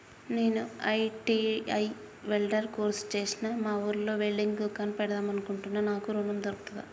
నేను ITI welder course చేశ్న మా ఊర్లో వెల్డింగ్ దుకాన్ పెడదాం అనుకుంటున్నా నాకు ఋణం దొర్కుతదా?